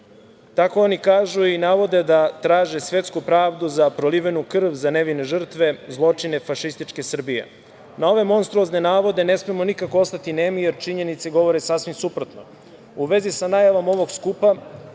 Tako oni kažu i navode da svetsku pravdu za prolivenu krv, za nevine žrtve, zločine fašističke Srbije. Na ove monstruozne navode ne smemo nikako ostati nemi, jer činjenice govore sasvim suprotno. U vezi sa najavom ovog skupa